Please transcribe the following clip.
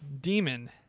Demon